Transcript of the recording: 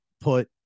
put